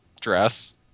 dress